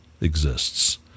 exists